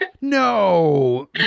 No